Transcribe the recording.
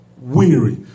weary